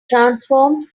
transformed